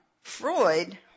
Freud